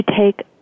take